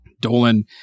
Dolan